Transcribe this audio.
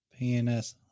PNS